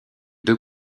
deux